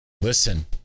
listen